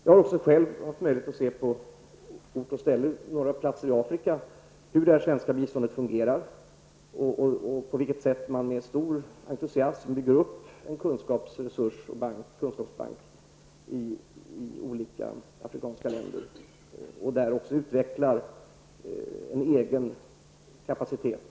Jag har också själv på ort och ställe i Afrika haft möjlighet att se hur det svenska biståndet fungerar och på vilket sätt man med stor entusiasm bygger upp en kunskapsbank och även utvecklar en egen kapacitet.